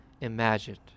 imagined